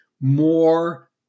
more